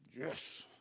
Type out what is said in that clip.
Yes